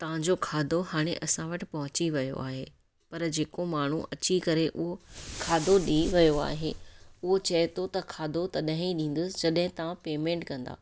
तव्हांजो खाधो हाणे असां वटि पहुंची वियो आहे पर जेको माण्हू अची करे हूअ खाधो ॾई वयो आहे उहो चए थो त खाधो तॾहिं ई ॾींदुसि जॾहिं तव्हां पेमेंट कंदा